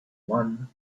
one